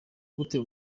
gute